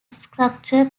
structure